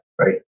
right